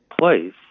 place